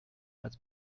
als